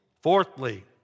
Fourthly